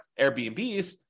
Airbnbs